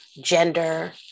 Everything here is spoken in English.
gender